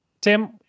Tim